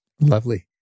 Lovely